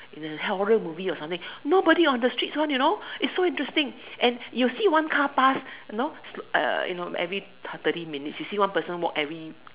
in a horror movie or something nobody on the streets one you know it's so interesting and you see one car pass you know uh you know every thirty minutes you see one person walk every